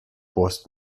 post